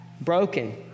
broken